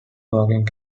working